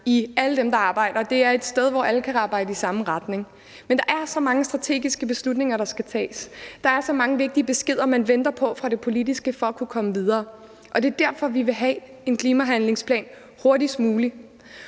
alle dem, der arbejder, og det er et sted, hvor alle kan arbejde i samme retning. Men der er så mange strategiske beslutninger, der skal tages, der er så mange vigtige beskeder, man venter på fra det politiske for at kunne komme videre, og det er derfor, vi vil have en klimahandlingsplan hurtigst muligt.